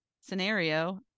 scenario